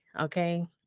okay